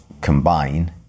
combine